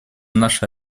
наша